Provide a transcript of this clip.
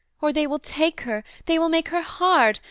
or they will take her, they will make her hard,